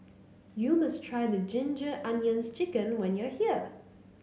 you must try Ginger Onions chicken when you are here